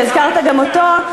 שהזכרת גם אותו,